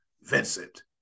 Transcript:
Vincent